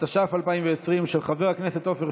התש"ף 2020, של חבר הכנסת עפר שלח.